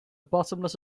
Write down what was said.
bottomless